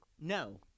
No